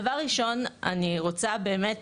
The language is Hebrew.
דבר ראשון, אני רוצה באמת